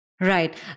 Right